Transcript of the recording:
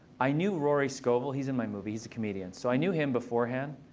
i knew rory scovel. he's in my movie. he's a comedian. so i knew him beforehand.